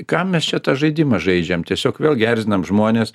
kam mes čia tą žaidimą žaidžiam tiesiog vėlgi erzinam žmones